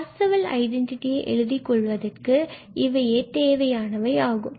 Parseval identity எழுதி கொள்வதற்கு இவையே தேவையானவை ஆகும்